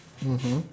mmhmm